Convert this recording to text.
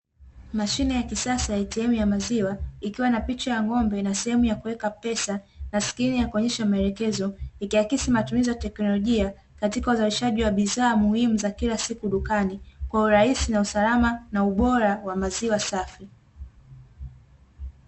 Mashine ya kisasa ya "ATM" ya maziwa, ikiwa na picha ya ng'ombe na sehemu ya kuweka pesa na skrini ya kuonyesha maelekezo. Ikiakisi matumizi ya teknolojia, katika uzalishaji wa bidhaa muhimu za kila siku dukani kwa urahisi, na usalama, na ubora wa maziwa safi.